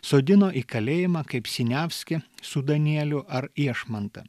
sodino į kalėjimą kaip siniavskį su danieliu ar iešmantą